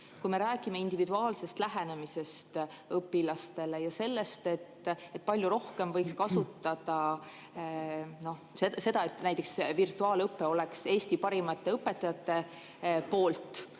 Me räägime individuaalsest lähenemisest õpilastele ja sellest, et palju rohkem võiks kasutada seda, et näiteks virtuaalõpe oleks Eesti parimate õpetajate poolt